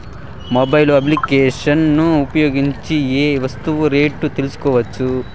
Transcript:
Mobile applications ను ఉపయోగించి ఏ ఏ వస్తువులు రేట్లు తెలుసుకోవచ్చును?